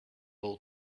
all